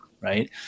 right